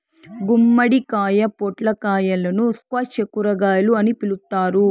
గుమ్మడికాయ, పొట్లకాయలను స్క్వాష్ కూరగాయలు అని పిలుత్తారు